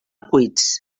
cuits